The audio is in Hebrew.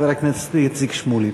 חבר הכנסת איציק שמולי.